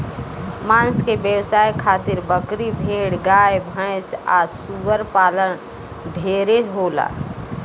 मांस के व्यवसाय खातिर बकरी, भेड़, गाय भैस आ सूअर पालन ढेरे होला